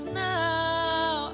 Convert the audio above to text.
now